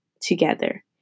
together